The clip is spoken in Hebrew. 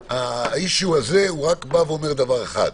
האישיו הזה אומר דבר אחד: